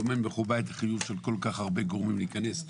טומן בחובה את החיוב של כל כך הרבה גורמים להיכנס.